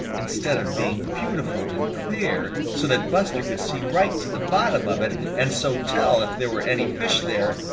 instead of being beautiful and clear so that buster could see right to the bottom of it and so tell if there were any fish there,